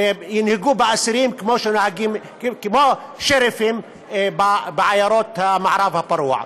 ינהגו באסירים כמו שריפים בעיירות המערב הפרוע.